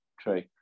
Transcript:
true